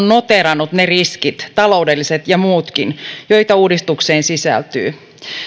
noteeranneet ne riskit taloudelliset ja muutkin joita uudistukseen sisältyy